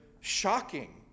shocking